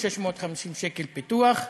650 מיליון שקלים פיתוח.